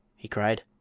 he cried.